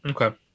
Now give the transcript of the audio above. Okay